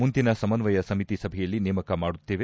ಮುಂದಿನ ಸಮನ್ವಯ ಸಮಿತಿ ಸಭೆಯಲ್ಲಿ ನೇಮಕ ಮಾಡುತ್ತೇವೆ